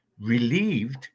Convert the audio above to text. Relieved